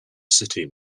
city